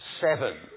seven